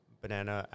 banana